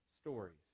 stories